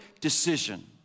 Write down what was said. decision